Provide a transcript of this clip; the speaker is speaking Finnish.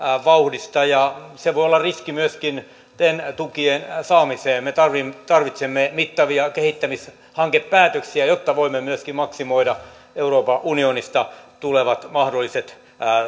vauhdista ja se voi olla riski myöskin ten tukien saamiseen me tarvitsemme mittavia kehittämishankepäätöksiä jotta voimme myöskin maksimoida euroopan unionista tulevat mahdolliset